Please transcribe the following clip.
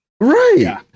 Right